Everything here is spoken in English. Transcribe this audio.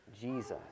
Jesus